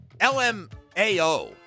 LMAO